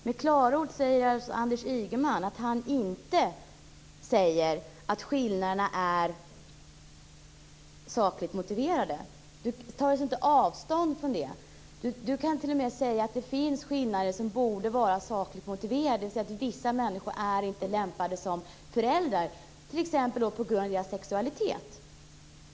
Fru talman! I klartext säger Anders Ygeman att han inte tycker att skillnaderna är sakligt motiverade. Han tar inte avstånd från det. Han säger t.o.m. att det finns skillnader som borde vara sakligt motiverade, dvs. att vissa människor inte är lämpade som föräldrar t.ex. på grund av deras sexualitet.